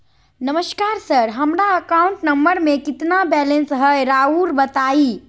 नमस्कार सर हमरा account number में कितना बैलेंस हेई राहुर बताई?